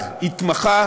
שהתמחה